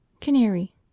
canary